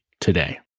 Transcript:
today